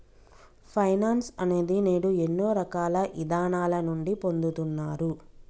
finance అనేది నేడు ఎన్నో రకాల ఇదానాల నుండి పొందుతున్నారు